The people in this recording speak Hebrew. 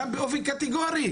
גם באופן קטגורי,